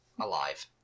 alive